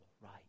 right